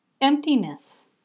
Emptiness